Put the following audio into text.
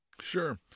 sure